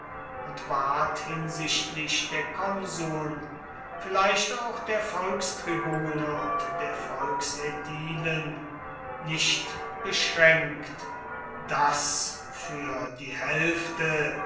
und ward hinsichtlich der konsuln vielleicht auch der volkstribune und der volksädilen nicht beschränkt daß für die hälfte